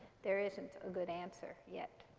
there isn't a good answer yet.